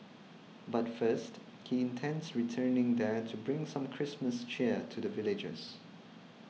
but first he intends returning there to bring some Christmas cheer to the villagers